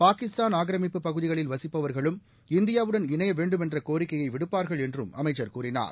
பாகிஸ்தான் ஆக்கிரமிப்பு பகுதிகளில் வசிப்பவர்களும் இந்தியா வுடன் இணைய வேண்டுமென்ற கோரிக்கையை விடுப்பார்கள் என்றும் அமைச்சர் கூறினார்